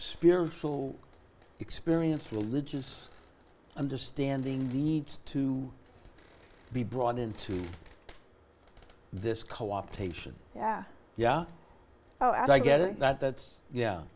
spiritual experience religious understanding needs to be brought into this co optation yeah yeah oh i get it that's yeah